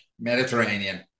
Mediterranean